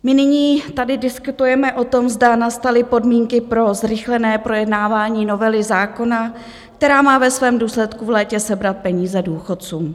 My nyní tady diskutujeme o tom, zda nastaly podmínky pro zrychlené projednávání novely zákona, která má ve svém důsledku v létě sebrat peníze důchodcům.